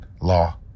law